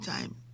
time